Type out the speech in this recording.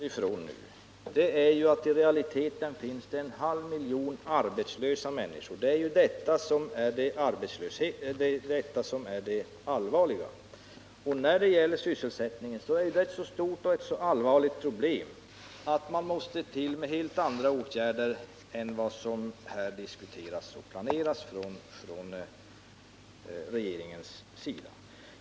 Herr talman! Det vi bör utgå från nu är att det i realiteten finns en halv miljon arbetslösa människor. Det är ju detta som är det allvarliga. Sysselsättningen är ett så stort och allvarligt problem att man måste tillgripa helt andra åtgärder än vad som här diskuteras och planeras från regeringens sida.